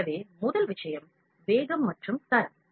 எனவே முதல் விஷயம் வேகம் மற்றும் தரம்